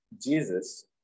Jesus